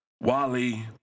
Wally